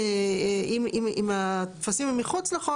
ואם הטפסים הם מחוץ לחוק,